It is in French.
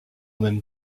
même